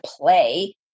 play